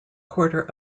quarter